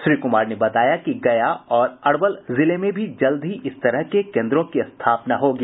श्री कुमार ने बताया कि गया और अरवल जिले में भी जल्द ही इस तरह के केन्द्रों की स्थापना होगी